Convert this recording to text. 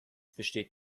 besteht